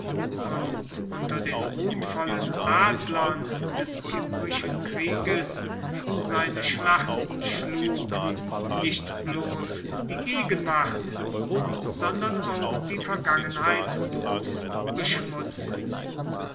und unter den ruhmvollen adlern des kimbrischen krieges seine schlachten schlug nicht bloß die gegenwart sondern auch die vergangenheit roms beschmutzen